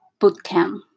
bootcamp